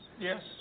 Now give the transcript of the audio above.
Yes